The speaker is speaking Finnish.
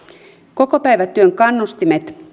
kokopäivätyön kannustimet